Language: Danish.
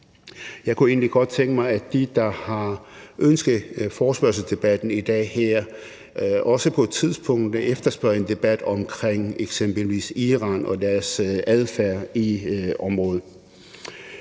Jeg kunne egentlig godt tænke mig, at dem, som har ønsket forespørgselsdebatten her, også på et tidspunkt efterspørger en debat om eksempelvis Iran og deres adfærd i området.